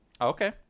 Okay